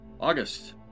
August